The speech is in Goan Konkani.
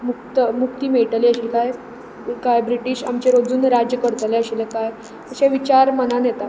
मुक्त मुक्ती मेळटली आशिल्ली काय काय ब्रिटीश आमचेर अजून राज्य करतले आशिल्ले काय अशे विचार मनांत येता